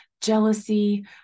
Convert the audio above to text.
jealousy